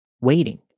waiting